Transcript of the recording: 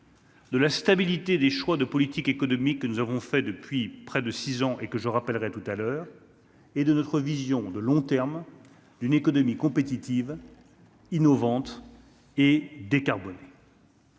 de la stabilité des choix de politique économique que nous avons fait depuis près de 6 ans et que je rappellerai tout à l'heure et de notre vision de long terme d'une économie compétitive innovante et décarboner.